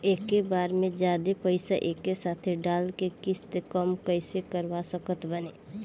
एके बार मे जादे पईसा एके साथे डाल के किश्त कम कैसे करवा सकत बानी?